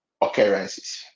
occurrences